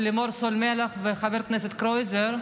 לימור סון הר מלך ושל חבר הכנסת קרויזר,